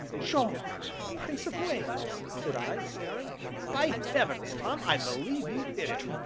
george, prince of wales! said i, staring by heavens, tom, i believe you've hit it!